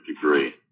degree